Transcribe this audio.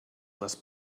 les